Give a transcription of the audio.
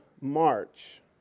March